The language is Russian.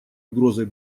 угрозой